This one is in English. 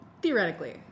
Theoretically